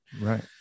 Right